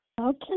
Okay